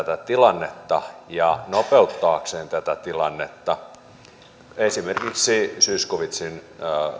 tätä tilannetta ja nopeuttaakseen tätä tilannetta esimerkiksi zyskowiczin